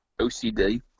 OCD